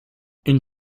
une